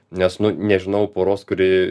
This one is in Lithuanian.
nes nu nežinau poros kuri